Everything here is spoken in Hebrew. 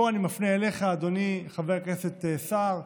פה אני מפנה אליך, אדוני חבר הכנסת סער,